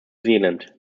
zealand